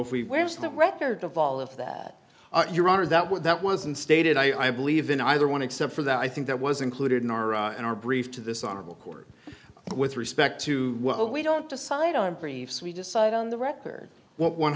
if we where was the record of all of that your honor that would that wasn't stated i believe in either one except for that i think that was included in our in our brief to this honorable court and with respect to what we don't decide on briefs we decide on the record what one